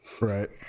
Right